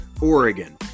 Oregon